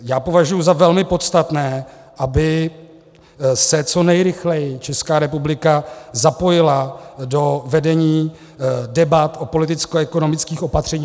Já považuji za velmi podstatné, aby se co nejrychleji Česká republika zapojila do vedení debat o politickoekonomických opatřeních.